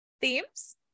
themes